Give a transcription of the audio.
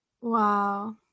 Wow